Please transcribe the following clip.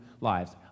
lives